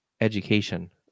Education